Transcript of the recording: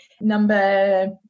Number